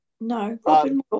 no